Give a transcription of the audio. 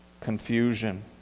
confusion